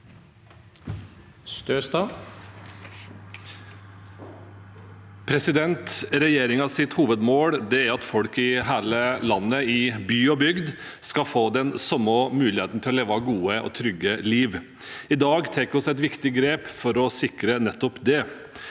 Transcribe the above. Regjeringens hoved- mål er at folk i hele landet, i by og bygd, skal få den samme muligheten til å leve et godt og trygt liv. I dag tar vi et viktig grep for å sikre nettopp det.